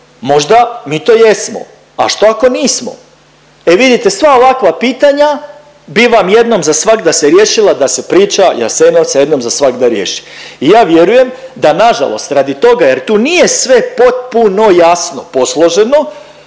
Možda mi to jesmo? A što ako nismo? E vidite sva ovakva pitanja bi vam jednom za svagda se riješila da se priča Jasenovca jednom za svagda riješi. I ja vjerujem da nažalost radi toga jer tu nije sve potpuno jasno posloženo,